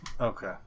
Okay